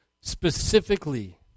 specifically